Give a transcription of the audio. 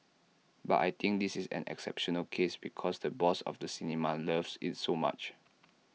but I think this is an exceptional case because the boss of the cinema loves IT so much